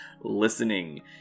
listening